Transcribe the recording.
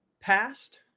past